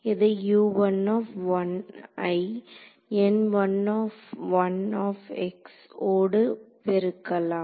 இதை ஐ ஓடு பெருக்கலாம்